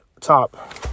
top